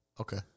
Okay